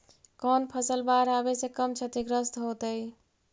कौन फसल बाढ़ आवे से कम छतिग्रस्त होतइ?